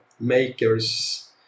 makers